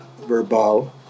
verbal